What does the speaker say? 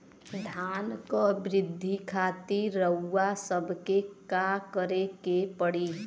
धान क वृद्धि खातिर रउआ सबके का करे के पड़ी?